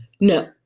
No